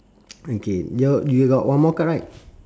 okay your you got one more card right